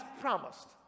promised